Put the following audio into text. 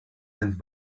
and